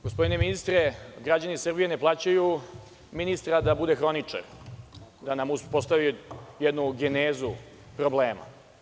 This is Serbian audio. Gospodine ministre, građani Srbije ne plaćaju ministra da bude hroničar, da nam uspostavi jednu genezu problema.